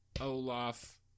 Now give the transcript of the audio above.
Olaf